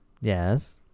Yes